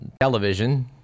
television